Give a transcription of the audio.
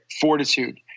fortitude